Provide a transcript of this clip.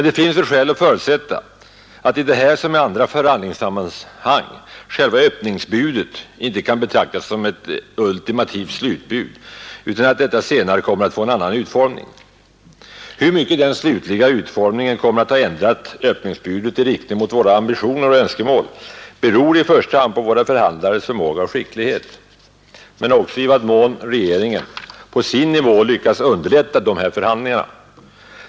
Det finns dock skäl förutsätta, att i detta som i alla andra förhandlingssammanhang själva öppningsbudet icke kan betraktas som ett ultimativt slutbud, utan att detta senare kommer att få en annan utformning. Hur mycket den slutliga utformningen kommer att ha ändrat öppningsbudet i riktning mot våra ambitioner och önskemål beror i första hand på våra förhandlares förmåga och skicklighet men också på i vad mån regeringen på sin nivå lyckats underlätta dessa förhandlingar.